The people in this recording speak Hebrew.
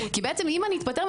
כי אם אני אתפטר,